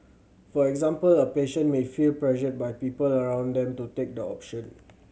for example a patient may feel pressured by people around them to take the option